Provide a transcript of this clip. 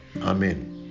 Amen